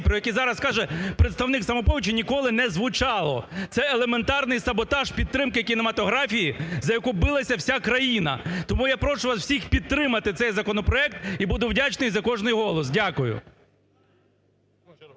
про які зараз каже представник "Самопомочі" ніколи не звучало. Це елементарний саботаж підтримки кінематографії, за яку билася вся країна. Тому я прошу вас всіх підтримати цей законопроект і буду вдячний за кожний голос. Дякую.